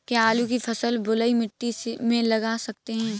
क्या आलू की फसल बलुई मिट्टी में लगा सकते हैं?